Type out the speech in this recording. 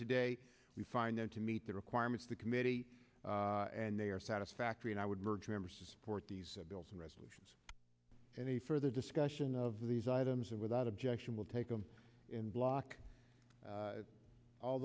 today we find them to meet the requirements the committee and they are satisfactory and i would urge members to support these bills and resolutions any further discussion of these items and without objection will take them in block